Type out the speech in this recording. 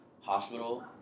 hospital